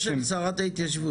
העוזר של שרת ההתיישבות.